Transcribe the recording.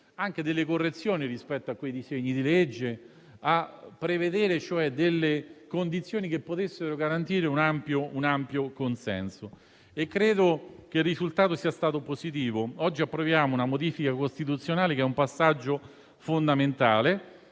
anche delle correzioni rispetto a quei disegni di legge, a prevedere cioè delle condizioni che potessero garantire un ampio consenso. Credo che il risultato sia stato positivo: oggi approviamo una modifica costituzionale che è un passaggio fondamentale,